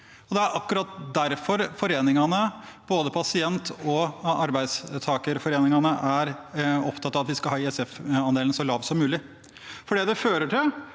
Det er akkurat derfor foreningene, både pasient- og arbeidstakerforeningene, er opptatt av at de skal ha ISF-andelen så lav som mulig.